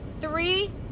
Three